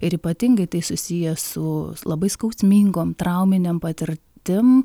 ir ypatingai tai susiję su labai skausmingom trauminėm patirtim